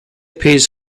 pays